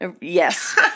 Yes